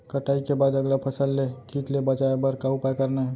कटाई के बाद अगला फसल ले किट ले बचाए बर का उपाय करना हे?